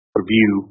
review